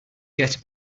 get